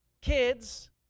kids